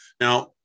Now